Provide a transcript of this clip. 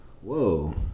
whoa